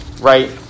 right